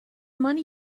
money